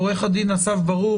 עורך הדין אסף ברוך.